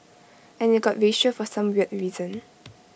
and IT got racial for some weird reason